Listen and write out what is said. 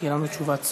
תהיה לנו תשובת שר.